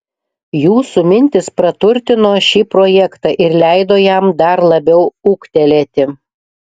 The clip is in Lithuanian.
jūsų mintys praturtino šį projektą ir leido jam dar labiau ūgtelėti